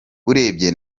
urebye